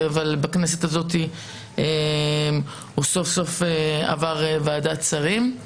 אבל בכנסת הזאת הוא סוף-סוף עבר ועדת שרים.